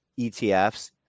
ETFs